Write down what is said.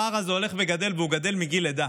הפער הזה הולך וגדל, והוא גדל מגיל לידה.